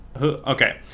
Okay